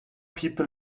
people